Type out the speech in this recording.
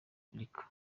amerika